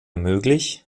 möglich